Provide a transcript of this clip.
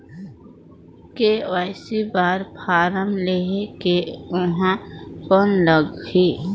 KYC बर form ले के ऊहां कौन लगही?